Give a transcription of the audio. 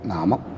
Nama